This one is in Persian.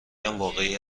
واقعی